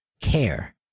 care